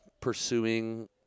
pursuing